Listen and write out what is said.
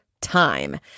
time